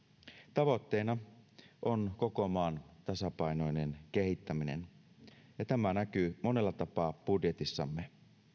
tavoitteena on koko maan tasapainoinen kehittäminen ja tämä näkyy monella tapaa budjetissamme